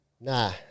Nah